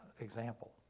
example